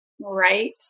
right